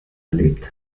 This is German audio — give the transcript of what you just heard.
erlebt